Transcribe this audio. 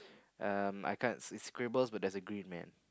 um I can't it scribbles but there's a green man